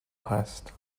هست